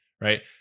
right